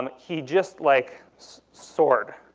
um he just. like soared.